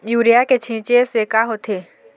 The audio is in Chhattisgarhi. यूरिया के छींचे से का होथे?